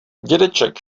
dědeček